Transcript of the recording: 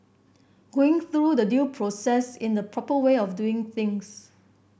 going through the due process in the proper way of doing things